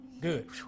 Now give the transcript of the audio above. Good